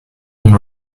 and